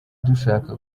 dushaka